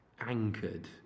anchored